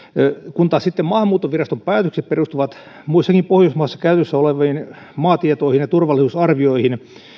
kun taas sitten maahanmuuttoviraston päätökset perustuvat muissakin pohjoismaissa käytössä oleviin maatietoihin ja turvallisuusarvioihin